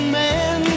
man